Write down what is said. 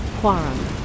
Quorum